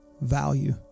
value